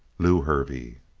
lew hervey.